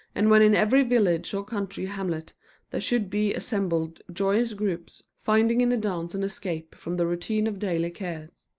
and when in every village or country hamlet there should be assembled joyous groups, finding in the dance an escape from the routine of daily cares.